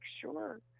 sure